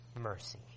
mercy